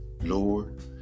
Lord